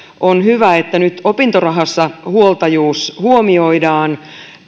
on hyvä että nyt opintorahassa huoltajuus huomioidaan